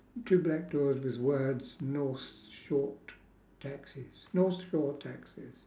two black doors with words north short taxis north shore taxis